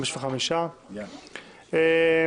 אנחנו